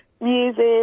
music